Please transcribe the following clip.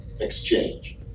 exchange